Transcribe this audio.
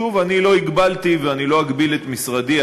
שוב, אני לא הגבלתי ואני לא אגביל את משרדי.